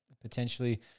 potentially